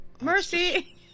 Mercy